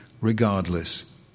regardless